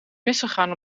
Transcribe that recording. misgegaan